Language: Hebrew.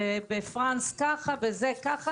בצרפת ככה וכן הלאה.